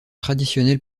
traditionnelle